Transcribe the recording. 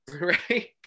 Right